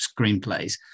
screenplays